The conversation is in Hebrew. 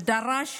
ודרש